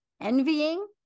envying